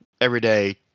everyday